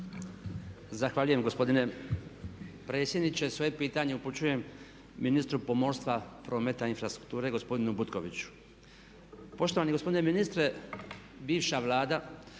Zahvaljujem gospodine predsjedniče. Svoje pitanje upućujem ministru pomorstva, prometa i infrastrukture gospodinu tutkoviću. Poštovani gospodine ministre, bivša Vlada